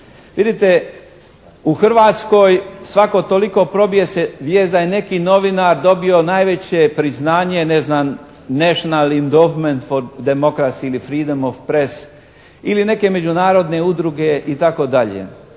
Vidite, u Hrvatskoj svako toliko probije se vijest da je neki novinar dobio najveće priznanje ne znam, "National indogment", demokratski ili "Freedom of press" ili neke međunarodne udruge itd.